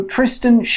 Tristan